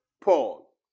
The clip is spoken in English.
Paul